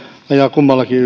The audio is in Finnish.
kummallakin